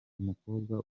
umukobwa